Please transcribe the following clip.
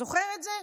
זוכר את זה?